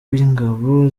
w’ingabo